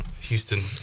Houston